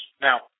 Now